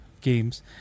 games